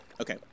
Okay